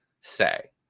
say